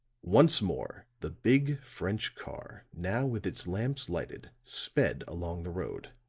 once more the big french car, now with its lamps lighted, sped along the road